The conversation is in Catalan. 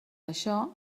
això